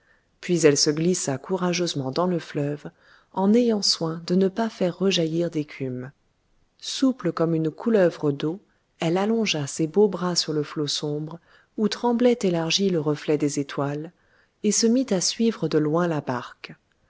puis elle se glissa courageusement dans le fleuve en ayant soin de ne pas faire rejaillir d'écume souple comme une couleuvre d'eau elle allongea ses beaux bras sur le flot sombre où tremblait élargi le reflet des étoiles et se mit à suivre de loin la barque